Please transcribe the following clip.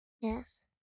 Yes